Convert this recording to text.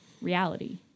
reality